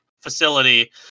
facility